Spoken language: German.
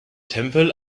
tempel